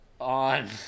on